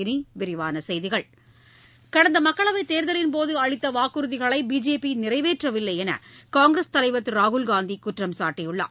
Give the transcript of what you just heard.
இனி விரிவான செய்திகள் கடந்த மக்களவை தேர்தலின் போது அளித்த வாக்குறுதிகளை பிஜேபி நிறைவேற்றவில்லை என்று காங்கிரஸ் தலைவர் திரு ராகுல்காந்தி குற்றம்சாட்டியுள்ளார்